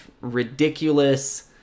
ridiculous